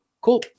cool